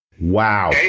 Wow